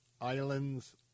islands